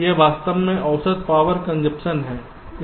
यह वास्तव में औसत पावर कंजप्शन है